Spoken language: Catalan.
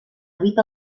habita